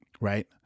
right